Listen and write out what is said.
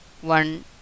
one